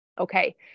Okay